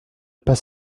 pas